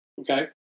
okay